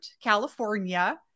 California